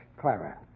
Clara